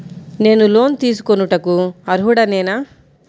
నేను లోన్ తీసుకొనుటకు అర్హుడనేన?